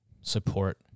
support